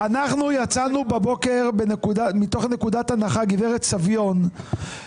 אנחנו יצאנו בבוקר מתוך נקודת הנחה שעניין